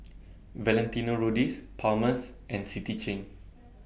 Valentino Rudy's Palmer's and City Chain